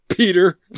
Peter